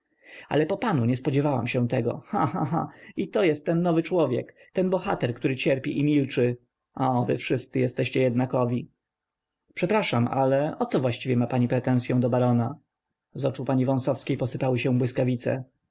ale po panu nie spodziewałam się tego cha cha cha i to jest ten nowy człowiek ten bohater który cierpi i milczy o wy wszyscy jesteście jednakowi przepraszam ale o co właściwie ma pani pretensyą do barona z oczu pani wąsowskiej posypały się błyskawice